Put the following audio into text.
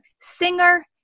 singer